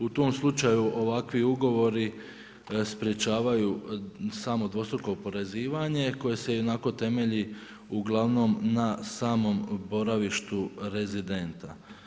U tom slučaju ovakvi ugovori sprječavaju samo dvostruko oporezivanje koje se ionako temelji uglavnom na samom boravištu rezidenta.